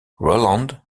rowland